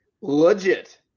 Legit